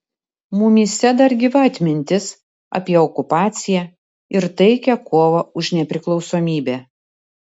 mumyse dar gyva atmintis apie okupaciją ir taikią kovą už nepriklausomybę